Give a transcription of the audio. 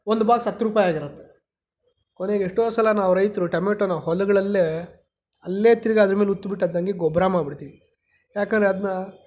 ಒಂದು ಬಾಕ್ಸ್ ಹತ್ತು ರೂಪಾಯಿ ಆಗಿರುತ್ತೆ ಅಂದರೆಈಗ ಎಷ್ಟೋ ಸಲ ನಾವು ರೈತರು ಟೊಮೆಟೋನ ಹೊಲಗಳಲ್ಲೇ ಅಲ್ಲೇ ತಿರುಗ ಅದ್ರಮೇಲೆ ಹೂತ್ಬಿಟ್ಟು ಅದನ್ನ ಹಾಗೆ ಗೊಬ್ಬರ ಮಾಡಿಬಿಡ್ತೀವಿ ಏಕೆಂದರೆ ಅದನ್ನ